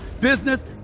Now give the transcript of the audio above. business